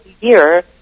year